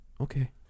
okay